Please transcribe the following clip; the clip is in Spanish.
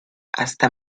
hasta